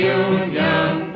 union